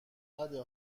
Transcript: بده